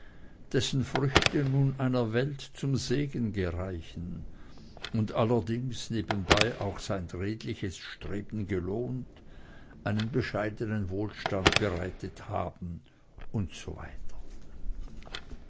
dessen früchte nun einer welt zum segen gereichen und allerdings nebenbei auch sein redliches streben gelohnt einen bescheidenen wohlstand bereitet haben usw